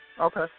Okay